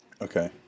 Okay